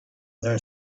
their